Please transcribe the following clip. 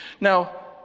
Now